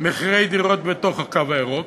מחירי דירות בתוך הקו הירוק.